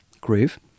Groove